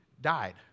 died